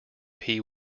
pee